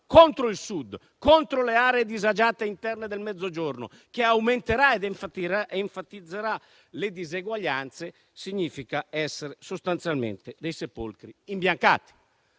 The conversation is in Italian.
contro il Sud e le aree disagiate interne del Mezzogiorno e aumenterà ed enfatizzerà le diseguaglianze - significa essere sostanzialmente dei sepolcri imbiancati.